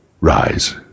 Rise